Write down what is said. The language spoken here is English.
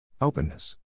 Openness